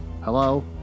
Hello